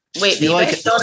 Wait